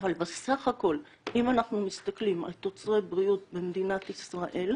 אבל בסך הכול אם אנחנו מסתכלים על תוצרי בריאות במדינת ישראל,